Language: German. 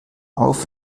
auf